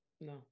no